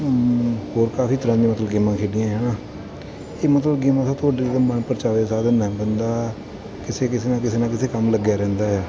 ਹੋਰ ਕਾਫੀ ਤਰ੍ਹਾਂ ਦੀਆਂ ਮਤਲਬ ਗੇਮਾਂ ਖੇਡੀਆਂ ਆਂ ਇਹ ਮਤਲਬ ਗੇਮਾਂ ਤਾਂ ਤੁਹਾਡੇ ਮਨਪ੍ਰਚਾਵੇ ਸਾਧਨ ਹੈ ਬੰਦਾ ਕਿਸੇ ਕਿਸੇ ਨਾ ਕਿਸੇ ਨਾ ਕਿਸੇ ਕੰਮ ਲੱਗਿਆ ਰਹਿੰਦਾ ਆ